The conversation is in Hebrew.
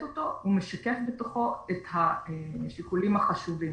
אותו משקף בתוכו את השיקולים החשובים,